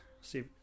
See